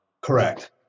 Correct